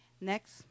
Next